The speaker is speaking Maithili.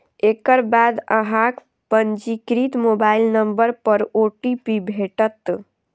एकर बाद अहांक पंजीकृत मोबाइल नंबर पर ओ.टी.पी भेटत